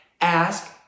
ask